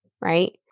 Right